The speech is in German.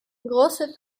große